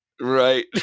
Right